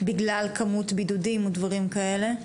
בגלל כמות בידודים או דברים כאלה?